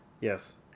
Yes